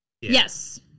Yes